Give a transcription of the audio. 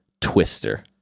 Twister